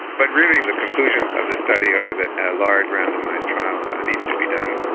but really the conclusions of this study are that a large randomised trial and needs to be done,